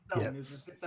Yes